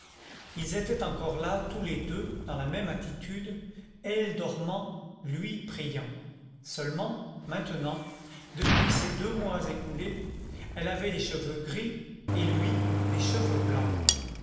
ils étaient encore là tous les deux dans la même attitude elle dormant lui priant seulement maintenant depuis ces deux mois écoulés elle avait des cheveux gris et lui des cheveux blancs